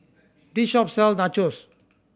this shop sell Nachos